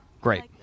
Great